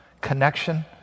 connection